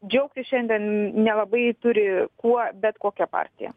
džiaugtis šiandien nelabai turi kuo bet kokia partija